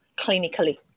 clinically